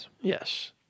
Yes